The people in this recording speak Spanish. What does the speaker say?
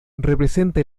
representa